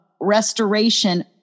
restoration